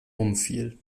umfiel